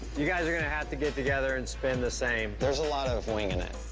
you guys are gonna have to get together and spin the same. there's a lot of winging and it.